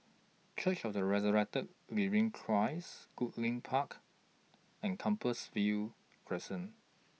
Church of The Resurrected Living Christ Goodlink Park and Compassvale Crescent